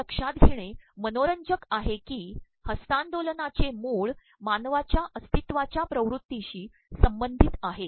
हेलक्षात घेणेमनोरंजक आहेकी हस्त्तांदोलनाचेमूळ मानवाच्या अप्स्त्तत्वाच्या िवत्तृ ीशी संबंचधत आहे